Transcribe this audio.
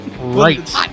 right